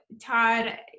Todd